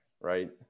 right